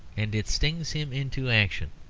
and it stings him into action.